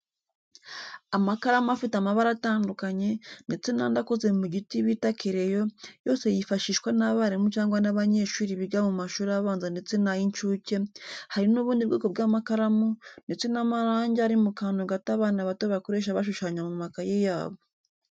Amakaramu afite amabara atandukanye, ndetse n'andi akoze mu giti bita kereyo, yose yifashishwa n'abarimu cyangwa n'abanyeshuri biga mu mashuri abanza ndetse n'ay'incuke, hari n'ubundi bwoko bw'amakaramu, ndetse n'amarangi ari mu kantu gato abana bato bakoresha bashushanya mu makayi yabo.